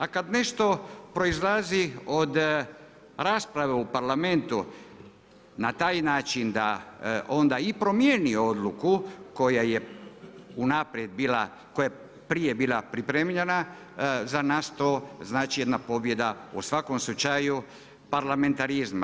A kad nešto proizlazi od rasprave u Parlamentu, na taj način da onda i promijeni odluku koja je unaprijed bila, koja je prije bila pripremljena za nas to znači jedna pobjeda u svakom slučaju parlamentarizma.